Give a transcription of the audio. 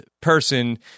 person